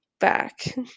back